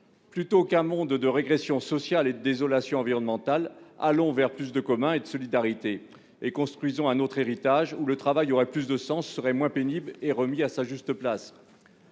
Plutôt qu'un monde de régression sociale et de désolation environnementale, allons vers plus de commun et de solidarité et construisons un autre héritage, où le travail aurait plus de sens, serait moins pénible et remis à sa juste place.